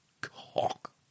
cock